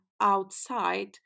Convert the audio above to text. outside